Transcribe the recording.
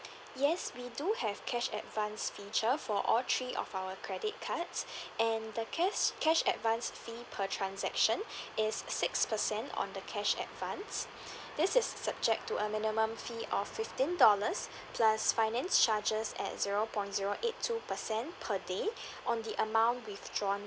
yes we do have cash advance feature for all three of our credit cards and the cash cash advance fee per transaction is six percent on the cash advance this is subject to a minimum fee of fifteen dollars plus finance charges at zero point zero eight two percent per day on the amount withdrawn